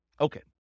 Okay